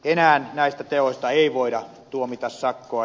enää näistä teoista ei voida tuomita sakkoa